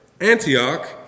Antioch